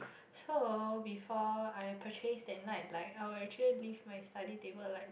so before I purchased that nightlight I will actually leave my study table light